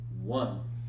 One